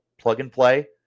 plug-and-play